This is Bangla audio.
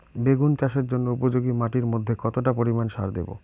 বেগুন চাষের জন্য উপযোগী মাটির মধ্যে কতটা পরিমান সার দেব?